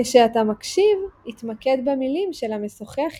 כשאתה מקשיב, התמקד במילים של המשוחח איתך.